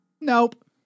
Nope